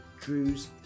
drew's